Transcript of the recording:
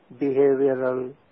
behavioral